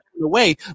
away